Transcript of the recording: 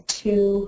two